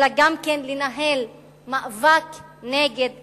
אלא גם לנהל מאבק נגד הכיבוש.